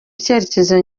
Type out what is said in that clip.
icyerekezo